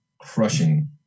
crushing